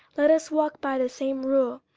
let us walk by the same rule,